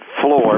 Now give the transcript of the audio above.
floor